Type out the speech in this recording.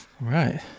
right